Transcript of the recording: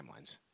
timelines